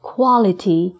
Quality